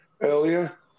earlier